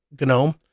GNOME